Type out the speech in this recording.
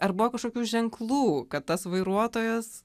ar buvo kažkokių ženklų kad tas vairuotojas